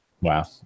Wow